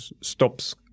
stops